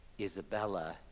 Isabella